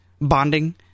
bonding